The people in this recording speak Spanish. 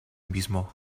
mismo